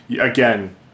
again